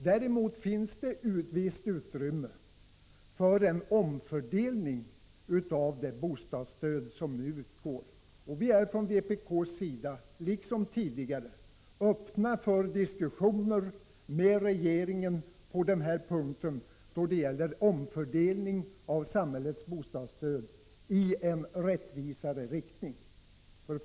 Däremot finns det ett visst utrymme för en omfördelning av det bostadsstöd som nu utgår. Vi är från vpk:s sida liksom tidigare öppna för diskussioner med regeringen då det gäller omfördelning av samhällets bostadsstöd i riktning mot ett rättvisare system.